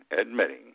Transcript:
admitting